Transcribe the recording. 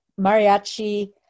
Mariachi